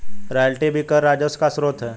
royalty भी कर राजस्व का स्रोत है